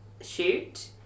shoot